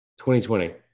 2020